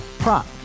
Prop